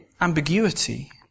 ambiguity